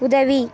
உதவி